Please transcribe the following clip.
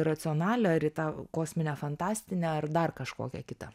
racionalią ar į tą kosminę fantastinę ar dar kažkokią kitą